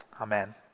Amen